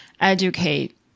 educate